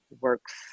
works